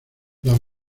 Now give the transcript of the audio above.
las